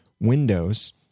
Windows